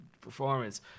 performance